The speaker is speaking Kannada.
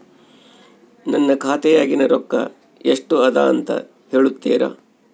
ನನ್ನ ಖಾತೆಯಾಗಿನ ರೊಕ್ಕ ಎಷ್ಟು ಅದಾ ಅಂತಾ ಹೇಳುತ್ತೇರಾ?